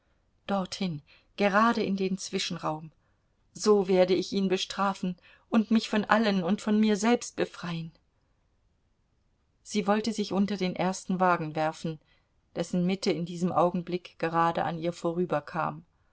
dorthin gerade in den zwischenraum so werde ich ihn bestrafen und mich von allen und von mir selbst befreien sie wollte sich unter den ersten wagen werfen dessen mitte in diesem augenblick gerade an ihr vorüberkam